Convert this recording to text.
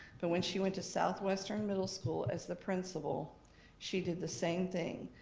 but when she went to southwestern middle school as the principal she did the same thing.